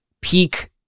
peak